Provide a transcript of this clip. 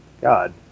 God